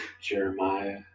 jeremiah